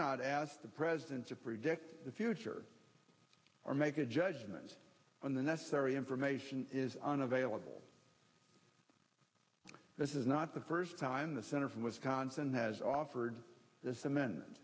not ask the presence of predict the future or make a judgment on the necessary information is unavailable this is not the first time the center from wisconsin has offered this amend